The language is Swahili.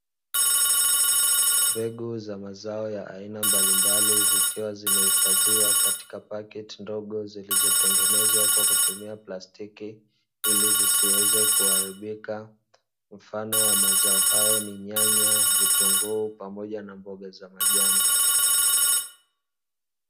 Mbegu za mazao ya aina mbalimbali zikiwa zimehifadhiwa katika paketi ndogo zilizotengenezwa kwa kutumia plastiki ili zisiweze kuharibika. Mfano wa mazao hayo ni: nyanya, vitunguu pamoja na mboga za majani.